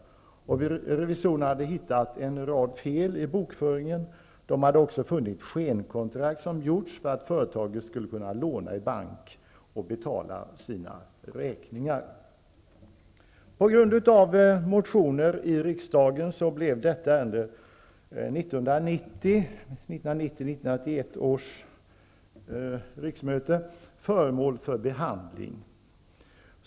Revisorerna hade hittat en rad fel i bokföringen. De hade också funnit skenkontrakt som gjorts för att företaget skulle kunna låna i bank och betala sina räkningar. På grund av motioner i riksdagen blev detta ärende vid 1990/91 års riksmöte föremål för behandling.